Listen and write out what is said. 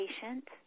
patient